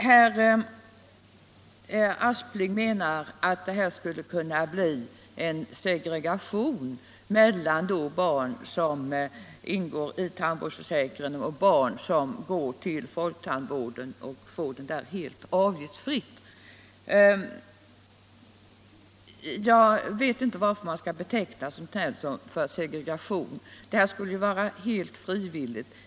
Herr Aspling menar att detta skulle kunna bli en segregation mellan barn som ingår i tandvårdsförsäkringen och barn som går till folktandvården och får tandvården helt avgiftsfritt. Jag vet inte varför man betecknar detta som segregation, det skulle ju vara helt frivilligt.